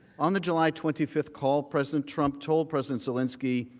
on the july twenty five call president trump told president so linsky,